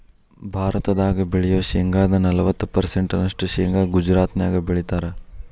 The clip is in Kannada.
ಭಾರತದಾಗ ಬೆಳಿಯೋ ಶೇಂಗಾದ ನಲವತ್ತ ಪರ್ಸೆಂಟ್ ನಷ್ಟ ಶೇಂಗಾ ಗುಜರಾತ್ನ್ಯಾಗ ಬೆಳೇತಾರ